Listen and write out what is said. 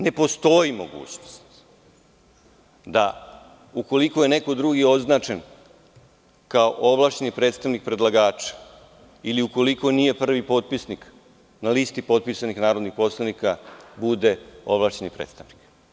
Ne postoji mogućnost da, ukoliko je neko drugi označen kao ovlašćen predstavnik predlagača, ili ukoliko nije prvi potpisnik na listi potpisanih narodnih poslanika, bude ovlašćeni predstavnik.